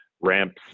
ramps